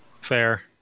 fair